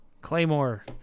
claymore